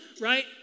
right